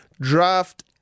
Draft